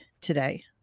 today